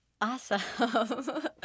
Awesome